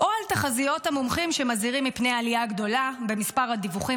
או על תחזיות המומחים שמזהירים מפני עלייה גדולה במספר הדיווחים